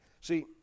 see